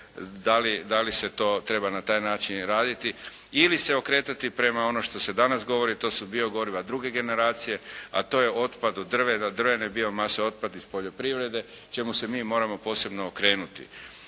da li se to treba na taj način raditi ili se okretati prema onom što se danas govori to su biogoriva druge generacije, a to je otpad od drvene biomase, otpad iz poljoprivrede čemu se mi moramo posebno okrenuti.